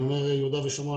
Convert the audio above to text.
כשאני אומר יהודה ושומרון,